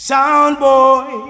Soundboy